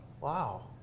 Wow